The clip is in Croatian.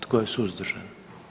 Tko je suzdržan?